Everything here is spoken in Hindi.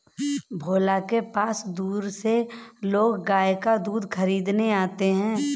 भोला के पास दूर से लोग गाय का दूध खरीदने आते हैं